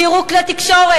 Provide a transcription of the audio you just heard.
שיראו כלי תקשורת,